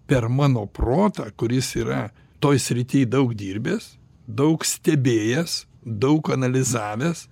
per mano protą kuris yra toj srityj daug dirbęs daug stebėjęs daug analizavęs